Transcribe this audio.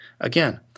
Again